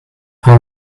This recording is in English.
how